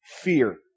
fear